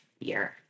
year